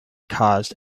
caused